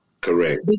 Correct